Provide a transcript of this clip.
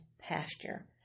pasture